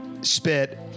spit